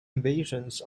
invasions